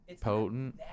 potent